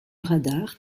radar